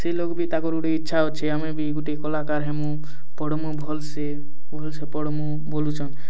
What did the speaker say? ସେଇ ଲୋକ ବି ତାକର ଗୋଟେ ଇଚ୍ଛା ଅଛେ ଆମେ ବି ଗୋଟେ କଲାକାର ହେମୁଁ ପଡ଼ମୁଁ ଭଲ ସେ ଭଲ ସେ ପଡ଼ମୁଁ ବୋଲୁଛନ